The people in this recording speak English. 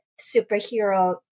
superhero